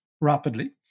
rapidly